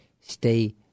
stay